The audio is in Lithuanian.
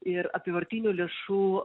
ir apyvartinių lėšų